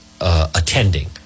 attending